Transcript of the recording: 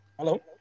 Hello